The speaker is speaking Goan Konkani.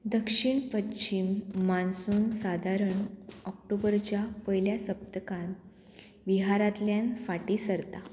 दक्षिण पश्चीम मानसून सादारण ऑक्टोबरच्या पयल्या सप्तकांत बिहारांतल्यान फाटीं सरता